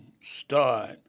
start